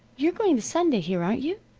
you're going to sunday here, aren't you?